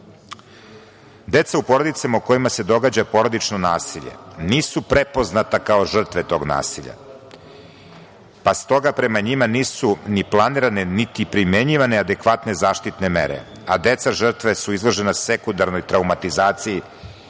u porodicama u kojima se događa porodično nasilje nisu prepoznate kao žrtve tog nasilja, pa s toga, prema njima nisu ni planirane, niti primenjivane adekvatne zaštitne mere, a deca žrtve su izložena sekundarnoj traumatizaciji,